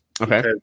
Okay